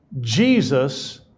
Jesus